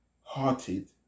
hearted